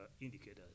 indicators